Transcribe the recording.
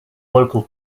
local